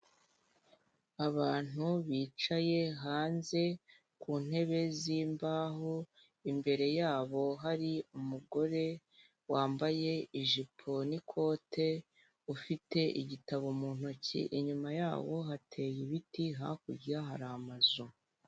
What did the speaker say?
Abantu bicaye hanze ku ntebe zimbaho imbere yabo hari umugore wambaye ijipo n'ikote ufite igitabo mu ntoki inyuma ya hateye ibiti hakurya hari amazu.